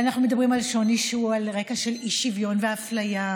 אנחנו מדברים על שוני שהוא רקע לאי-שוויון ואפליה,